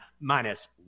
minus